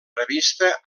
revista